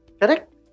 Correct